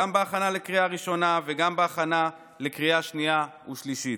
גם בהכנה לקריאה הראשונה וגם בהכנה לקריאה השנייה והשלישית.